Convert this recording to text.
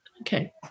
Okay